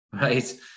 Right